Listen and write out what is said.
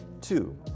Two